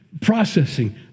Processing